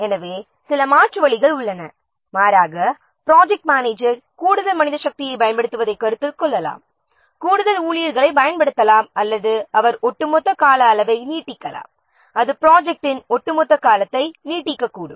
எனவே சில மாற்று வழிகள் உள்ளன மாறாக ப்ராஜெக்ட் மேனேஜர் கூடுதல் மனித சக்தியைப் பயன்படுத்துவதைக் கருத்தில் கொள்ளலாம் கூடுதல் ஊழியர்களைப் பயன்படுத்தலாம் அல்லது அவர் ஒட்டுமொத்த கால அளவை நீட்டிக்கலாம் அது ப்ராஜெக்ட்டின் ஒட்டுமொத்த காலத்தை நீட்டிக்கக்கூடும்